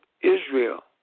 Israel